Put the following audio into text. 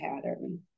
pattern